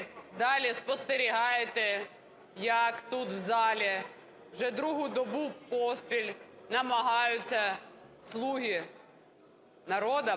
далі спостерігаєте, як тут в залі, вже другу добу поспіль, намагаються "слуги народу"